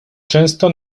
często